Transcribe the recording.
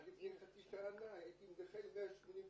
עד לפני חצי שנה הייתי נכה עם 188